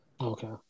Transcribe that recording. Okay